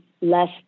less